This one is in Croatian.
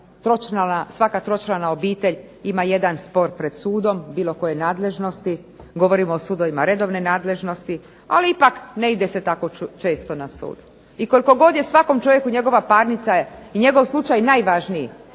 svaka tročlana obitelj ima jedan spor pred sudom, bilo koje nadležnosti, govorim o sudovima redovne nadležnosti, ali ipak ne ide se tako često na sud. I koliko god je svakom čovjeku njegova parnica je i njegov slučaj najvažniji.